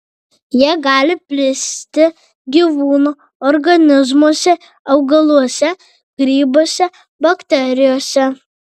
jie gali plisti gyvūnų organizmuose augaluose grybuose bakterijose